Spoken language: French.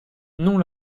non